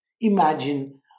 Imagine